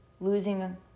Losing